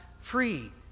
free